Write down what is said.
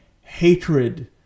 hatred